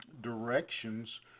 directions